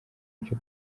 byo